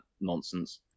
nonsense